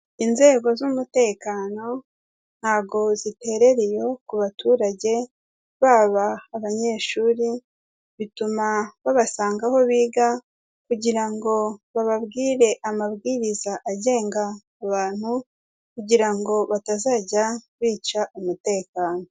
Inzego z'umutekano ntabwo ziterera iyo ku baturage baba abanyeshuri, bituma babasanga aho biga kugira ngo bababwire amabwiriza agenga abantu kugira ngo batazajya bica umutekano.